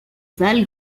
val